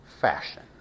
fashion